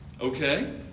Okay